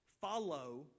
Follow